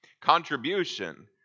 Contribution